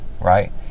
right